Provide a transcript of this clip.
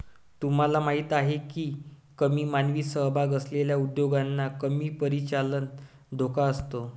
तुम्हाला माहीत आहे का की कमी मानवी सहभाग असलेल्या उद्योगांना कमी परिचालन धोका असतो?